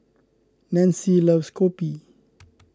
Nancy loves Kopi